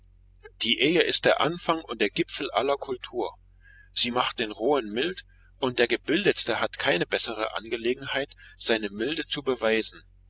die ehe ist der anfang und der gipfel aller kultur sie macht den rohen mild und der gebildetste hat keine bessere gelegenheit seine milde zu beweisen